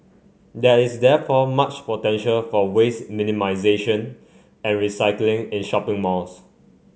there is therefore much potential for waste minimization and recycling in shopping malls